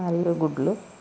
మరియు గుడ్లు